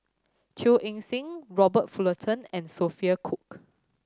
Teo Eng Seng Robert Fullerton and Sophia Cooke